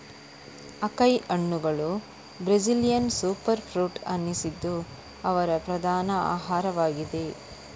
acai ಹಣ್ಣುಗಳು Brazilian super fruit ಅನಿಸಿದ್ದು ಅವರ ಪ್ರಧಾನ ಆಹಾರವಾಗಿದೆ